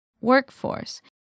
Workforce